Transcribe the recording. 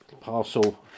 Parcel